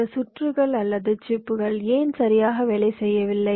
இந்த சுற்றுகள் அல்லது சிப்புகள் ஏன் சரியாக வேலை செய்யவில்லை